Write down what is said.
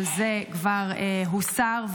אבל זה כבר הוסר,